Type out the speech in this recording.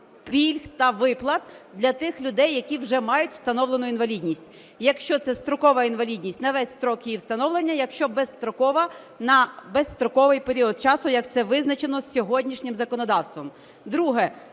пільг та виплат для тих людей, які вже мають встановлену інвалідність. Якщо це строкова інвалідність – на весь строк її встановлення, якщо безстрокова – на безстроковий період часу, як це визначено сьогоднішнім законодавством. Друге.